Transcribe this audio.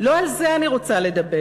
לא על זה אני רוצה לדבר,